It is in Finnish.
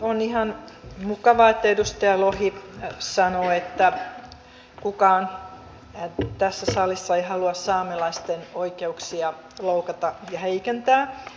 on ihan mukavaa että edustaja lohi sanoo että kukaan tässä salissa ei halua saamelaisten oikeuksia loukata ja heikentää